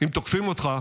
אם תוקפים אותך